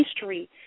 history